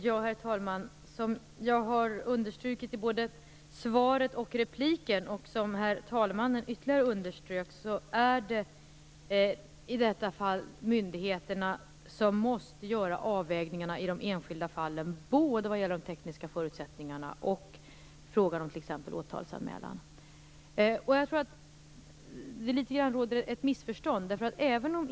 Herr talman! Som jag har understrukit, både i svaret och i repliken, och som herr talmannen ytterligare poängterade, är det i detta fall myndigheterna som måste göra avvägningarna i de enskilda fallen, både när det gäller de tekniska förutsättningarna och när det gäller t.ex. åtalsanmälan. Jag tror också att det råder ett missförstånd här.